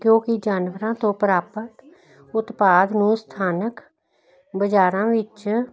ਕਿਉਂਕਿ ਜਾਨਵਰਾਂ ਤੋਂ ਪ੍ਰਾਪਤ ਉਤਪਾਦ ਨੂੰ ਸਥਾਨਕ ਬਾਜ਼ਾਰਾਂ ਵਿੱਚ ਅਧਿਆਪਕ ਵਿਆਪਕ